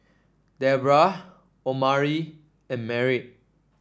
Deborrah Omari and Merritt